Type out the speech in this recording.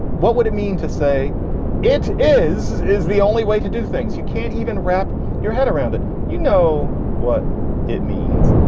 what would it mean to say it? is is the only way to do things. you can't even wrap your head around it. you know what it means.